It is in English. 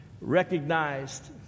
recognized